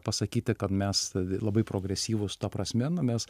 pasakyti kad mes labai progresyvūs ta prasme nu mes